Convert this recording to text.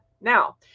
Now